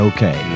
Okay